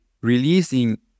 releasing